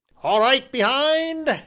all right behind?